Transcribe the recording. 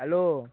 hello